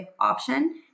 option